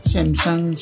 Samsung